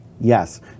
Yes